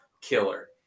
killer